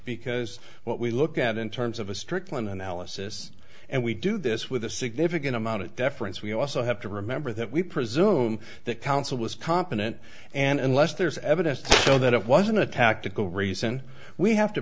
because what we look at in terms of a strickland analysis and we do this with a significant amount of deference we also have to remember that we presume that counsel was competent and unless there is evidence to show that it wasn't a tactical reason we have to